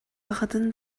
аҕатын